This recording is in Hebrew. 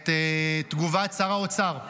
את תגובת שר האוצר.